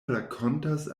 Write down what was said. rakontas